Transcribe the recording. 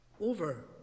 over